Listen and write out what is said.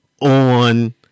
on